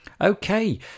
Okay